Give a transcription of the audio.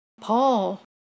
Paul